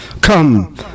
Come